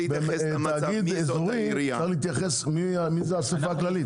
תאגיד אזורי, צריך להתייחס מי זה האסיפה הכללית.